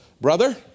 Brother